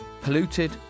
Polluted